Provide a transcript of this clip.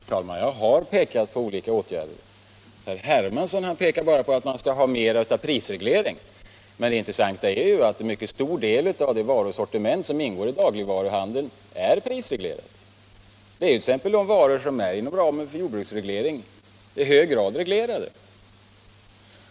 Nr 101 Herr talman! Jag har pekat på olika åtgärder. Herr Hermansson talar Torsdagen den bara om att man skall ha mera av prisreglering. Men det intressanta 31 mars 1977 är att en mycket stor del av det varusortiment som ingår i dagligva= ruhandeln är prisreglerad. Priserna på de varor som ryms inom ramen =: Om tilläggsdirektiför jordbruksregleringen är t.ex. i hög grad reglerade.